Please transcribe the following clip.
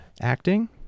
acting